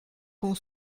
com